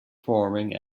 forming